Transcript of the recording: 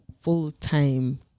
full-time